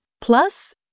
Plus